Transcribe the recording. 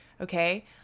okay